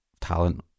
talent